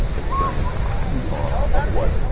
experience ah of what,